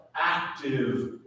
active